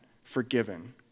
forgiven